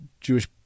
Jewish